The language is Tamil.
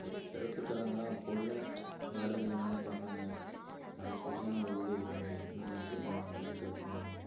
சிறப்பு தலங்கள்லாம் அப்போது உள்ள நிகழ்வுகள் என்னென்ன பண்ணிணாங்க அதை சொல்லிதான் நம்ம ஊக்குவிக்க முடியும் இந்த இடத்துக்கு போலாம் அந்த இடத்துக்கு போகலாம்